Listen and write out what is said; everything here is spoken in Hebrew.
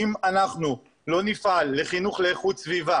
אם אנחנו לא נפעל לחינוך לאיכות סביבה